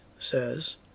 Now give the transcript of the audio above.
says